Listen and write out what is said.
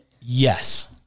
Yes